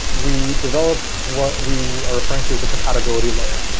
we developed what we are referring to as a compatibility layer.